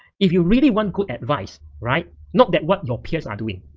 if you really want good advice, right? not that what your peers are doing.